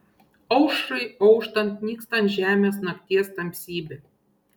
aušrai auštant nyksta ant žemės nakties tamsybė